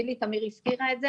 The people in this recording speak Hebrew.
גילי תמיר הזכירה את זה,